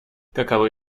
каковы